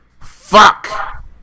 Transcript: Fuck